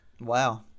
Wow